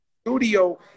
studio